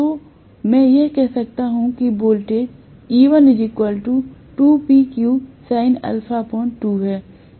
तो मैं कह सकता हूं कि वोल्टेज है